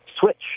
switch